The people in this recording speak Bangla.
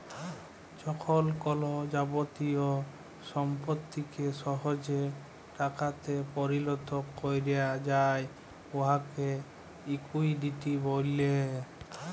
যখল কল যাবতীয় সম্পত্তিকে সহজে টাকাতে পরিলত ক্যরা যায় উয়াকে লিকুইডিটি ব্যলে